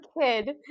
kid